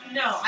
no